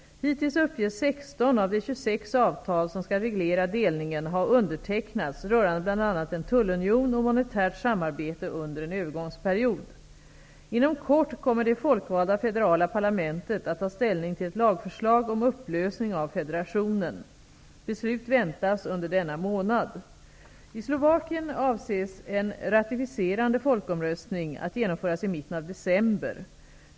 Hittills uppges 16 av de 26 avtal som skall reglera delningen ha undertecknats rörande bl.a. en tullunion och monetärt samarbete under en övergångsperiod. Inom kort kommer det folkvalda federala parlamentet att ta ställning till ett lagförslag om upplösning av federationen. Beslut väntas under denna månad. I Slovakien avses en ''ratificerande folkomröstning'' att genomföras i mitten av december.